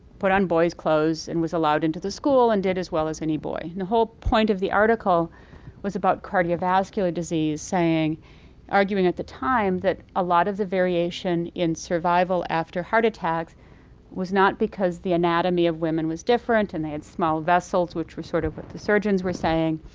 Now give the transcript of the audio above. put on boys' clothes and was allowed into the school and did as well as any boy. and the whole point of the article was about cardiovascular disease saying arguing at the time that a lot of the variation in survival after heart attacks was not because the anatomy of women was different and they had small vessels which were sort of what the surgeons were saying.